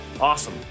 Awesome